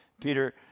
Peter